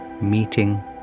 meeting